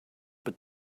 but